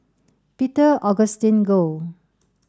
Peter Augustine Goh